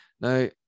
Now